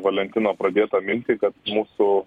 valentino pradėtą mintį kad mūsų